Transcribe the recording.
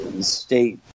state